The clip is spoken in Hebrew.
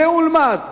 צא ולמד,